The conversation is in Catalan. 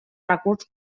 recurs